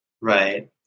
right